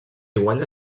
guanya